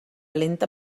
lenta